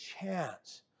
chance